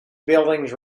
buildings